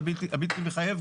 הבלתי מחייב,